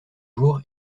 jour